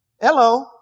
Hello